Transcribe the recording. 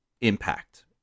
impact